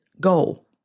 goal